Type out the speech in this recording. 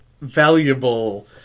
valuable